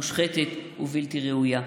מושחתת ובלתי ראויה.